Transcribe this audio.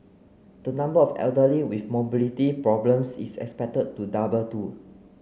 the number of elderly with mobility problems is expected to double too